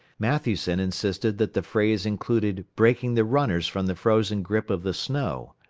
matthewson insisted that the phrase included breaking the runners from the frozen grip of the snow.